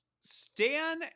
Stan